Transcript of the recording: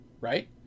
right